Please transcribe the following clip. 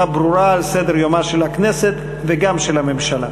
ברורה על סדר-היום של הכנסת וגם של הממשלה.